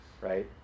right